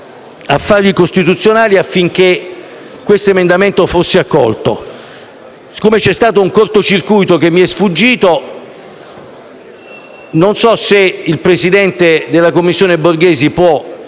affari costituzionali affinché questo emendamento fosse accolto. Poiché c'è stato un corto circuito che mi è sfuggito, non so se il presidente della Commissione Borghesi può